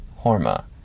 Horma